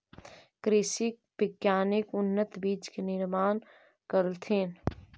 कृषि वैज्ञानिक उन्नत बीज के निर्माण कलथिन